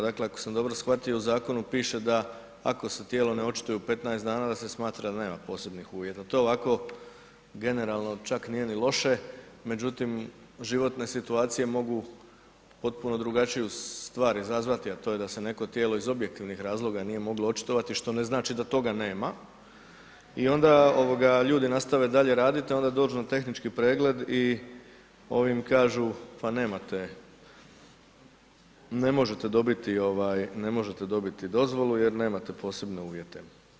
Dakle, ako sam dobro shvatio, u zakonu piše da ako se tijelo ne očituje u 15 dana da se smatra da nema posebnih uvjeta, to ovako generalno čak nije ni loše, međutim životne situacije mogu potpuno drugačiju stvar izazvati, a to je da se neko tijelo iz objektivnih razloga nije moglo očitovati što ne znači da toga nema, i onda ovoga ljudi nastave dalje raditi i onda dođu na tehnički pregled, i ovi im kažu pa nemate, ne možete dobiti dozvolu jer nemate posebne uvjete.